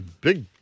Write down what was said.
big